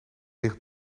dicht